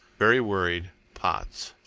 very worried. potts.